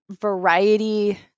variety